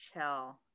chill